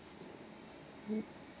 mm